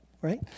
right